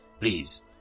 Please